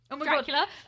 Dracula